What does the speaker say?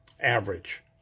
average